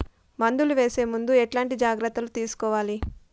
మందులు వేసే ముందు ఎట్లాంటి జాగ్రత్తలు తీసుకోవాలి?